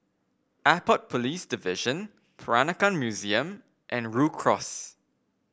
Airport Police Division Peranakan Museum and Rhu Cross